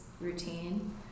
routine